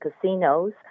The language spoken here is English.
casinos